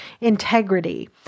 integrity